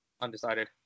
undecided